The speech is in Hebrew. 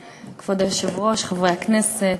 היושב-ראש, חברי הכנסת,